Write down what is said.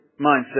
mindset